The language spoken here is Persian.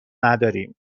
نداریم